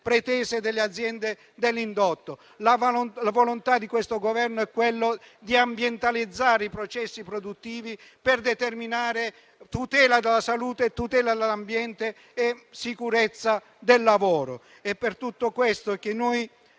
pretese delle aziende dell'indotto. La volontà di questo Governo è quella di ambientalizzare i processi produttivi per determinare tutela della salute e tutela dell'ambiente e sicurezza del lavoro. Per tutte queste ragioni,